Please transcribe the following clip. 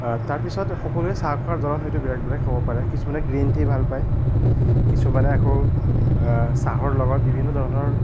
তাৰ পিছত সকলোৱে চাহ খোৱাৰ ধৰণ হয়তো বেলেগ বেলেগ হ'ব পাৰে সেইটো কিছুমানে গ্ৰীণ টি ভাল পায় কিছুমানে আকৌ চাহৰ লগত বিভিন্ন ধৰণৰ